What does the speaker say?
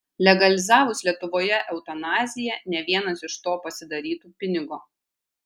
legalizavus lietuvoje eutanaziją ne vienas iš to pasidarytų pinigo